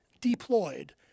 deployed